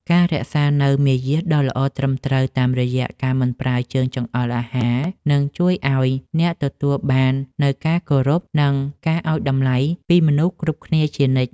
ការរក្សានូវមារយាទដ៏ល្អត្រឹមត្រូវតាមរយៈការមិនប្រើជើងចង្អុលអាហារនឹងជួយឱ្យអ្នកទទួលបាននូវការគោរព និង ការឱ្យតម្លៃពីមនុស្សគ្រប់គ្នាជានិច្ច។